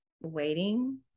waiting